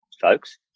folks